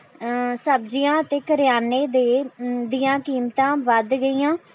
ਸਬਜ਼ੀਆਂ ਅਤੇ ਕਰਿਆਨੇ ਦੇ ਦੀਆਂ ਕੀਮਤਾਂ ਵੱਧ ਗਈਆਂ